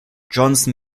johnson